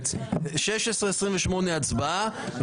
16:28 להצבעה.